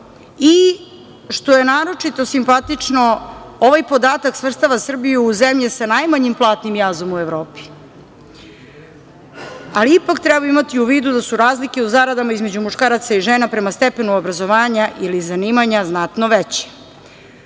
i što je naročito simpatično, ovaj podatak svrstava Srbiju u zemlje sa najmanjim platnim jazom u Evropi. Ipak treba imati u vidu da su razlike u zaradama između muškaraca i žena prema stepenu obrazovanja ili zanimanja znatno veći. Ovde